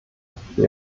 für